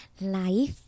Life